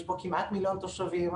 יש פה כמעט מיליון תושבים,